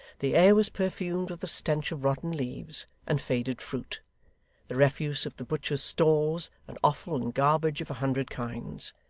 the air was perfumed with the stench of rotten leaves and faded fruit the refuse of the butchers' stalls, and offal and garbage of a hundred kinds.